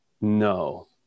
no